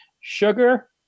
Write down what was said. Sugar